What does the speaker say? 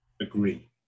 agree